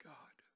God